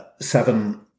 seven